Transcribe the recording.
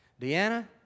Deanna